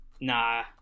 Nah